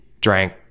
drank